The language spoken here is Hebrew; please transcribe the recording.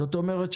זאת אומרת,